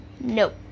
nope